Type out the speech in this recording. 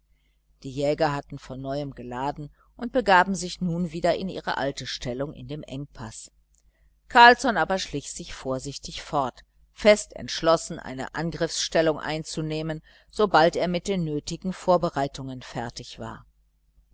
die jäger hatten von neuem geladen und begaben sich nun wieder an ihre alte stellung in den engpaß carlsson aber schlich sich vorsichtig fort fest entschlossen eine angriffsstellung einzunehmen sobald er mit den nötigen vorbereitungen fertig war